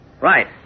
Right